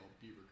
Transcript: Beaver